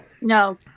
No